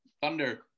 Thunder